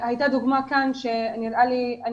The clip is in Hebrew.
הייתה כאן דוגמה שיש תוכנית